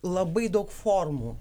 labai daug formų